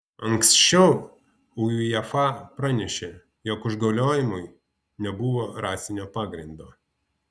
anksčiau uefa pranešė jog užgauliojimai nebuvo rasinio pagrindo